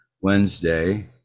Wednesday